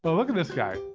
but look at this guy,